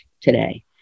today